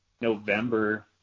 November